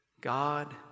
God